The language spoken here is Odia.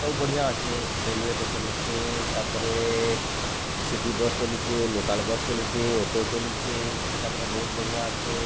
ସବୁ ବଢ଼ିଆ ଅଛେ ରେଲୱେ ଟେସନ୍ ଅଛେ ତା ପରେ ସିଟି ବସ୍ ଚଲୁଚେ ଲୋକାଲ୍ ବସ୍ ଚଲୁଚେ ଅଟୋ ଚଲୁଚେ ସେଟା ମାନେ ବହୁତ୍ ବଢ଼ିଆ ଅଛେ